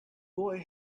boy